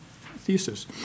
thesis